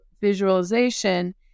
visualization